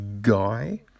Guy